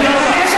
תודה רבה.